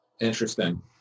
Interesting